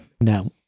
No